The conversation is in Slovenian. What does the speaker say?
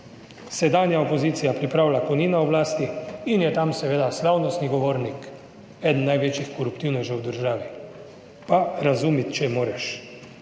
sedanja opozicija pripravlja, ko ni na oblasti, in je tam seveda slavnostni govornik eden največjih koruptivnežev v državi. Pa razumeti, če moraš.